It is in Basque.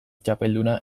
txapelduna